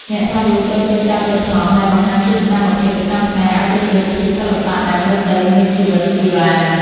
អ្នកថតរូបត្រូវចេះចាប់យកប្លង់ដែលបង្ហាញពីសកម្មភាពប្រចាំថ្ងៃឱ្យទៅជារូបភាពសិល្បៈដែលមើលទៅមានជីវិតជីវ៉ា។